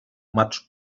much